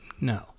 No